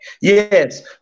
Yes